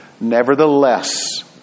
Nevertheless